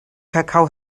kakao